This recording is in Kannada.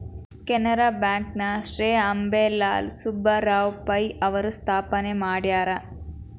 ಕೆನರಾ ಬ್ಯಾಂಕ ನ ಶ್ರೇ ಅಂಬೇಲಾಲ್ ಸುಬ್ಬರಾವ್ ಪೈ ಅವರು ಸ್ಥಾಪನೆ ಮಾಡ್ಯಾರ